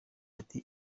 ati